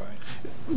ok